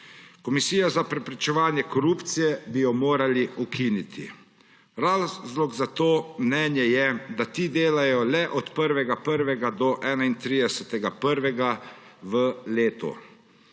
Komisijo za preprečevanje korupcije bi morali ukiniti. Razlog za to mnenje je, da ti delajo le od 1. 1. do 31. 1. v letu,